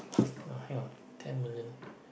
no hang on ten million